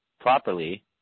properly